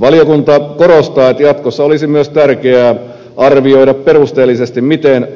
valiokunta korostaa että jatkossa olisi myös tärkeää arvioida perusteellisesti miten